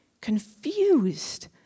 confused